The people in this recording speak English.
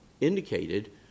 indicated